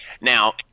Now